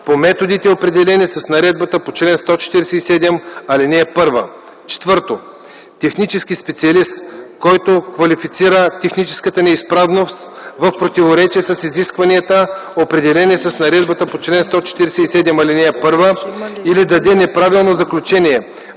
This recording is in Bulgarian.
по методите, определени с наредбата по чл. 147, ал. 1; 4. технически специалист, който квалифицира техническа неизправност в противоречие с изискванията, определени с наредбата по чл. 147, ал. 1, или даде неправилно заключение